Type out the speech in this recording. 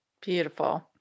Beautiful